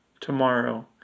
tomorrow